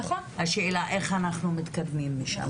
השאלה איך אנחנו מתקדמים משם.